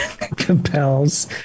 compels